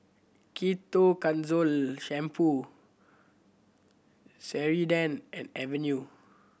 Ketoconazole Shampoo Ceradan and Avene